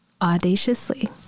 audaciously